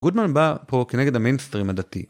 גודמן בא פה כנגד המיינסטרים הדתי